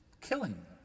killing